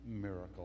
miracle